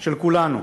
של כולנו.